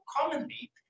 commonly